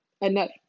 enough